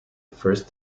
first